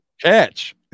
catch